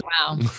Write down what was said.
Wow